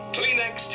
Kleenex